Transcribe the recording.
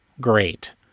Great